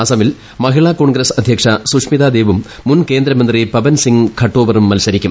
അസമിൽ മഹിള കോൺഗ്രസ് അധ്യക്ഷ സുഷ്മിത ദേവും മുൻ കേന്ദ്ര മന്ത്രി പബൻസിംഗ് ഖട്ടോവറും മത്സരിക്കും